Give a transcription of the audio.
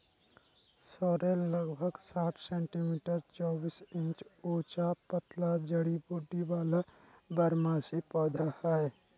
sorrel लगभग साठ centimetre चौबीस इंच ऊंचा पतला जड़ी बूटी वाला बारहमासी पौधा हइ